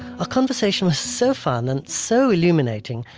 ah conversation was so fun and so illuminating,